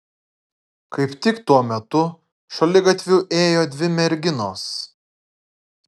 kaip tik tuo metu šaligatviu ėjo dvi merginos